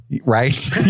Right